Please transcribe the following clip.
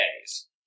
days